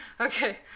Okay